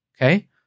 okay